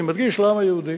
אני מדגיש: לעם היהודי,